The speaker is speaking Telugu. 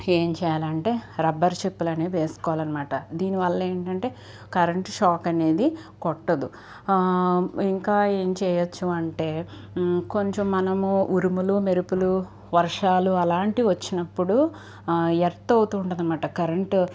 ఏం చేయాలంటే రబ్బర్ చెప్పులు అనేవి వేసుకోవాలనమాట దీనివల్ల ఏంటంటే కరెంటు షాక్ అనేది కొట్టదు ఇంకా ఏం చేయచ్చు అంటే కొంచెం మనము ఉరుములు మెరుపులు వర్షాలు అలాంటి వచ్చినప్పుడు ఎర్త్ అవుతుండదనమాట కరెంటు